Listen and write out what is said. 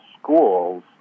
schools